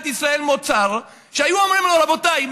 ישראל מוצר והיו אומרים לנו: רבותיי,